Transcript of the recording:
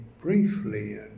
briefly